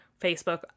facebook